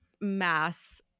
mass